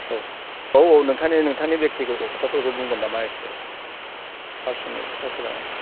औ औ औ नोंथांनि नोंथांनि बेक्तिगत' खोथाफोरखौ बुंगोन नामा एसे पार्सनेल खोथाफोरा